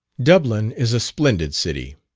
dublin is a splendid city,